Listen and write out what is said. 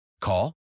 Call